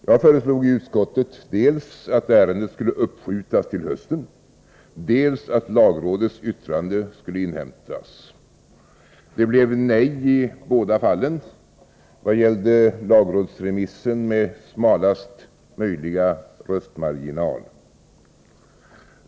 Jag föreslog i utskottet dels att ärendet skulle uppskjutas till hösten, dels att lagrådets yttrande skulle inhämtas. Det blev nej i båda fallen — vad gällde lagrådsremissen med smalaste möjliga röstmarginal.